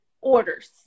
orders